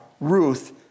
Ruth